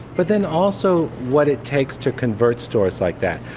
but then also what it takes to convert stores like that,